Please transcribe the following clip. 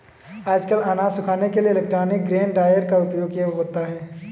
आजकल अनाज सुखाने के लिए इलेक्ट्रॉनिक ग्रेन ड्रॉयर का उपयोग होता है